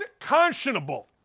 unconscionable